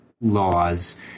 laws